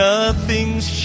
Nothing's